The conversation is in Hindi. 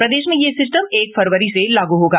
प्रदेश में यह सिस्टम एक फरवरी से लागू होगा